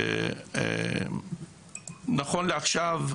נכון לעכשיו,